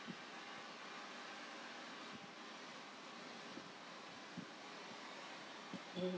mm